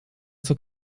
zur